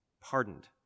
pardoned